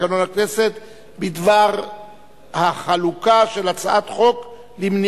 תעלה ותבוא חברת הכנסת אורלי לוי אבקסיס להציג שני חוקים.